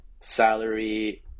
salary